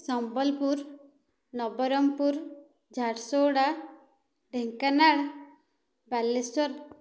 Sambalpur Nabarangpur Jharsuguda Dhenkanal Baleswar